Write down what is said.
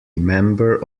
member